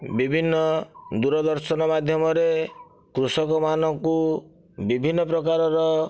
ବିଭିନ୍ନ ଦୂରଦର୍ଶନ ମାଧ୍ୟମରେ କୃଷକ ମାନଙ୍କୁ ବିଭିନ୍ନ ପ୍ରକାରର